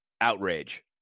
outrage